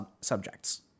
subjects